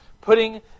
Putting